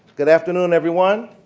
good afternoon, everyone.